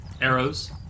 Arrows